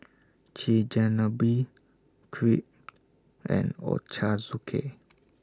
Chigenabe Crepe and Ochazuke